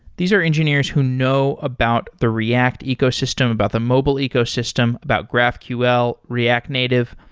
these are engineers who know about the react ecosystem, about the mobile ecosystem, about graphql, react native.